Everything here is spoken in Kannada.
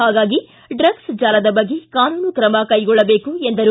ಹಾಗಾಗಿ ಡ್ರಗ್ಲ್ ಜಾಲದ ಬಗ್ಗೆ ಕಾನೂನು ಕ್ರಮ ಕೈಗೊಳ್ಳಬೇಕು ಎಂದರು